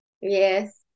Yes